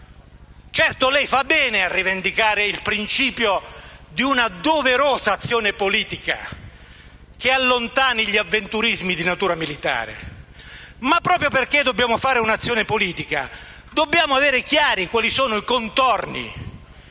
Certo, lei fa bene a rivendicare il principio di una doverosa azione politica che allontani gli avventurismi di natura militare. Ma proprio perché dobbiamo svolgere un'azione politica, dobbiamo avere chiari quali sono i contorni.